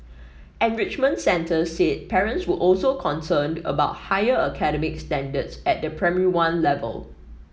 enrichment centres said parents were also concerned about higher academic standards at the Primary One level